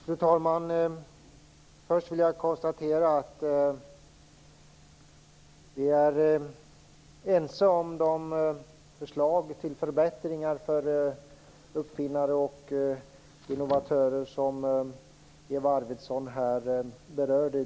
Fru talman! Först vill jag konstatera att vi är ense om de förslag till förbättringar för uppfinnare och innovatörer som Eva Arvidsson här berörde.